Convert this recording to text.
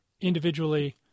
individually